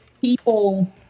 People